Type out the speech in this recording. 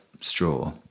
straw